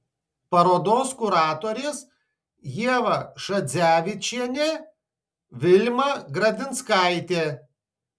parodos kuratorės ieva šadzevičienė vilma gradinskaitė